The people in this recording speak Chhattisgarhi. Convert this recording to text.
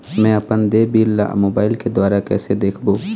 मैं अपन देय बिल ला मोबाइल के द्वारा कइसे देखबों?